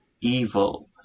evil